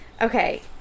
Okay